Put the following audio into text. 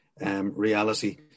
reality